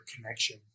connection